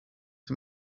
dem